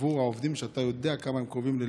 עבור העובדים שאתה יודע כמה הם קרובים לליבך,